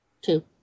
Two